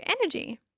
energy